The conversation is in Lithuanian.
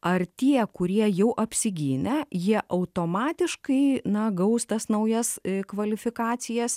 ar tie kurie jau apsigynę jie automatiškai na gaus tas naujas kvalifikacijas